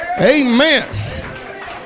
amen